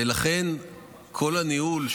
לכן כל הניהול,